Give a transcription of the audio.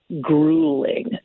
grueling